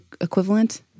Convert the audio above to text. equivalent